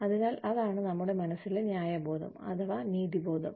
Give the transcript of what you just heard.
അതിനാൽ അതാണ് നമ്മുടെ മനസ്സിലെ ന്യായബോധം നീതിബോധം